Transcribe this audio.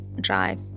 drive